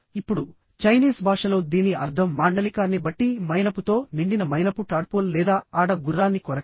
ఇప్పుడు చైనీస్ భాషలో దీని అర్థం మాండలికాన్ని బట్టి మైనపుతో నిండిన మైనపు టాడ్పోల్ లేదా ఆడ గుర్రాన్ని కొరకడం